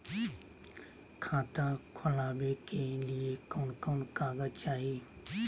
खाता खोलाबे के लिए कौन कौन कागज चाही?